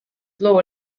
loo